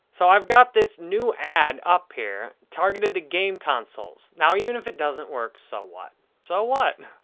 so, i've got this new ad up here, targeted to game consoles. now, even if it doesn't work, so what? so what?